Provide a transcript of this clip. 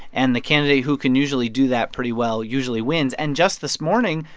and the candidate who can usually do that pretty well usually wins. and just this morning,